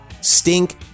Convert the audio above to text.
Stink